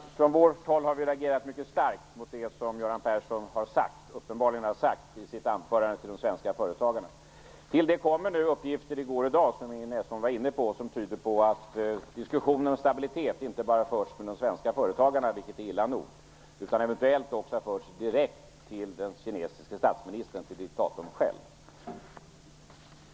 Fru talman! Från vårt håll har vi reagerat mycket starkt mot det som Göran Persson uppenbarligen har sagt i sitt anförande till de svenska företagarna. Till det kom i går och i dag uppgifter, som Ingrid Näslund var inne på, som tyder på att diskussionen om stabilitet inte bara har förts med de svenska företagarna - vilket är illa nog - utan eventuellt också har förts direkt med den kinesiske statsministern, med diktatorn själv.